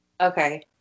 Okay